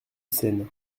scène